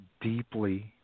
deeply